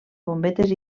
bombetes